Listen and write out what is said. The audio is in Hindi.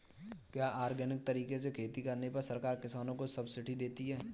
क्या ऑर्गेनिक तरीके से खेती करने पर सरकार किसानों को सब्सिडी देती है?